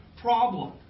problem